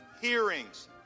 hearings